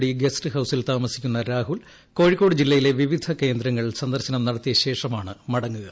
D guest ഹൌസിൽ താമസ്പിക്കുന്ന രാഹുൽ കോഴിക്കോട് ജില്ലയിലെ വിവിധ കേന്ദ്രങ്ങൾ സന്ദർശനം നടത്തിയ ശേഷമാണ് മടങ്ങുക